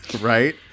right